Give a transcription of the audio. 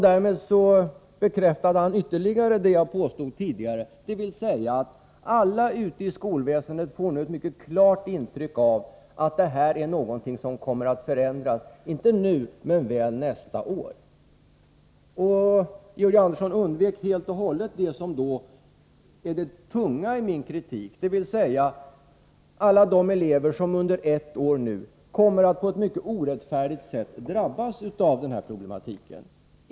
Därmed bekräftade han ytterligare det jag påstod tidigare, dvs. att alla ute i skolväsendet får ett mycket klart intryck av att detta är någonting som kommer att förändras, inte nu men väl nästa år. Georg Andersson undvek helt och hållet det som är det tunga i min kritik, nämligen att många elever under det år som nu förestår på ett mycket orättfärdigt sätt kommer att drabbas av denna problematik.